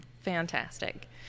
Fantastic